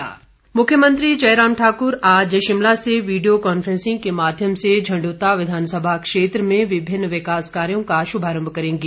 मुख्यमंत्री मुख्यमंत्री जयराम ठाकुर आज शिमला से वीडियो कॉन्फ्रेंसिंग के माध्यम से झंड्रता विधानसभा क्षेत्र में विभिन्न विकास कार्यों का शुभारंभ करेंगे